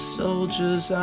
soldiers